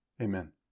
Amen